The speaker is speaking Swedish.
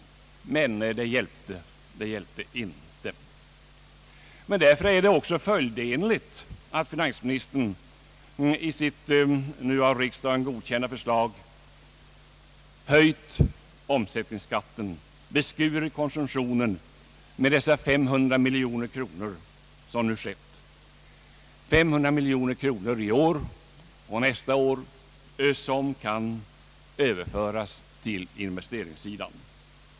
Men det hjälpte som sagt inte. Därför är det också följdenligt att finansministern i sitt nu av riksdagen godkända förslag höjt omsättningsskatten och beskurit konsumtionen med 500 miljoner kronor. Det är 500 miljoner kronor i år och nästa år som kan överföras till investeringssidan.